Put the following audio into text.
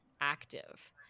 active